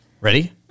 Ready